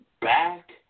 back